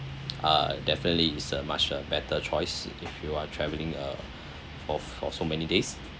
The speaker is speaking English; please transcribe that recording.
uh definitely it's a much a better choice if you are travelling uh for for so many days